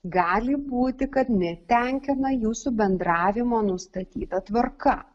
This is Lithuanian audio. gali būti kad netenkina jūsų bendravimo nustatyta tvarka